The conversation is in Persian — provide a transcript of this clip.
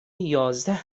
یازده